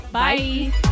Bye